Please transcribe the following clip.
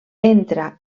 entra